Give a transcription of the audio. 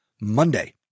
Monday